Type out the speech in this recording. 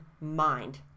mind